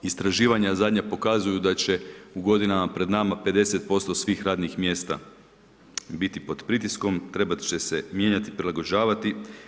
Istraživanja zadnja pokazuju da će u godinama pred nama 50% svih radnih mjesta biti pod pritiskom, trebat će se mijenjati, prilagođavati.